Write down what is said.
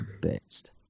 Best